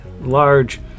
large